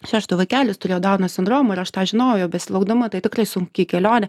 šešto vaikelio jis turėjo dauno sindromą ir aš tą žinojau besilaukdama tai tikrai sunki kelionė